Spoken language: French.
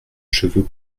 cheveux